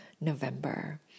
November